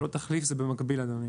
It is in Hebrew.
לא תחליף, זה במקביל.